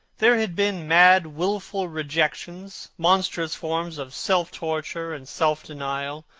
there had been mad wilful rejections, monstrous forms of self-torture and self-denial,